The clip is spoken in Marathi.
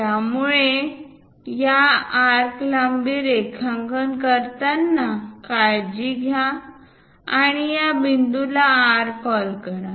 त्यामुळे या आर्क लांबी रेखांकन करताना काळजी घ्या आणि या बिंदूला R कॉल करा